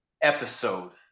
episode